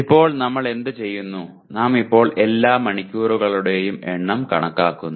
ഇപ്പോൾ നമ്മൾ എന്തു ചെയ്യുന്നു നാം ഇപ്പോൾ എല്ലാ മണിക്കൂറുകളുടെയും എണ്ണം കണക്കാക്കുന്നു